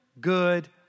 good